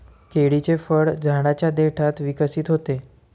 केळीचे फळ झाडाच्या देठात विकसित होते